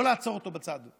לא לעצור אותו בצד.